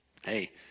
Hey